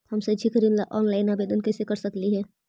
हम शैक्षिक ऋण ला ऑनलाइन आवेदन कैसे कर सकली हे?